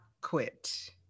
quit